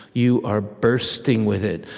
you are bursting with it,